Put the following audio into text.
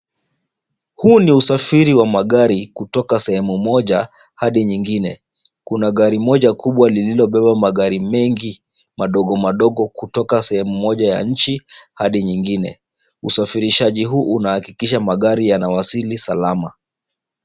Huu ni usafiri wa magari kutoka sehemu moja hadi nyingine. Kuna gari moja kubwa lillilobeba magari mengi madogo madogo kutoka sehemu moja ya nchi hadi nyingine. Usafirishaji huu unahakikisha magari yanawasili salama.